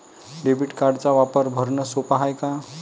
Debit कार्डचा वापर भरनं सोप हाय का?